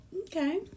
okay